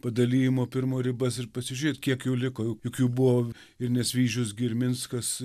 padalijimo pirmo ribas ir pasižiūrėt kiek jų liko juk jų buvo ir nesvyžius gi ir minskas